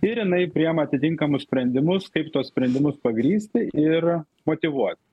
ir jinai priėma atitinkamus sprendimus kaip tuos sprendimus pagrįsti ir motyvuot